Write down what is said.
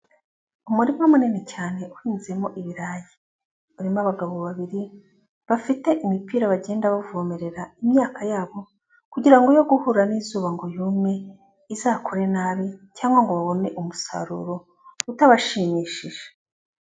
Umurima munini cyane uhinzemo ibirayi, urimo abagabo babiri bafite imipira bagenda bavomerera imyaka yabo kugira ngo yere guhura n'izuba ngo yume, izakure nabi cyangwa ngo babone umusaruro utabashimishije.